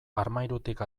armairutik